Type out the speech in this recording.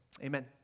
Amen